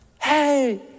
hey